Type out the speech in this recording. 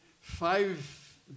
five